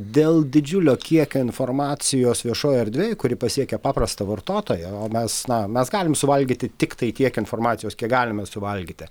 dėl didžiulio kiekio informacijos viešoje erdvėje kuri pasiekia paprastą vartotoją o mes na mes galim suvalgyti tiktai tiek informacijos kiek galime suvalgyti